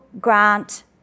grant